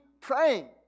praying